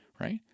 right